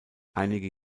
einige